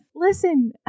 Listen